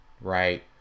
right